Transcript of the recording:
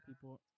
people